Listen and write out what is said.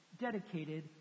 dedicated